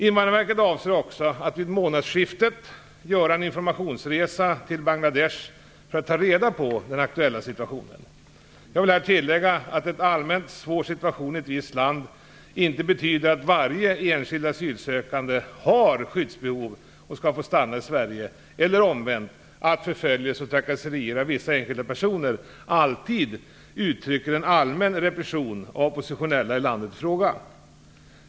Invandrarverket avser också att vid månadsskiftet göra en informationsresa till Bangladesh för att ta reda på den aktuella situationen. Jag vill här tillägga att en allmänt svår situation i ett visst land inte betyder att varje enskild asylsökande har skyddsbehov och skall få stanna i Sverige eller omvänt att förföljelse och trakasserier av vissa enskilda personer alltid uttrycker en allmän repression av oppositionella i landet i fråga.